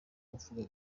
uvuga